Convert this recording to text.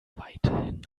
weiterhin